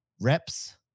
reps